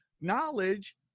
knowledge